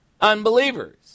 Unbelievers